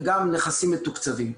וגם נכסים מתוקצבים.